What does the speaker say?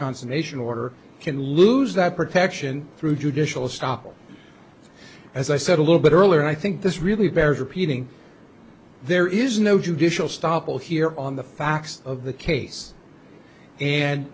consternation order can lose that protection through judicial stoppel as i said a little bit earlier and i think this really bears repeating there is no judicial stoppel here on the facts of the case and